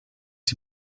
sie